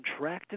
contractive